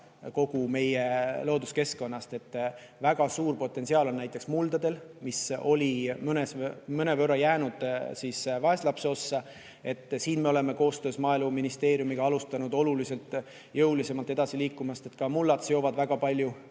kogu meie looduskeskkonnast. Väga suur potentsiaal on näiteks muldadel, mis on mõnevõrra jäänud vaeslapse ossa. Siin me oleme koostöös Maaeluministeeriumiga alustanud oluliselt jõulisemat edasi liikumist. Ka mullad seovad väga palju